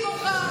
במקומך,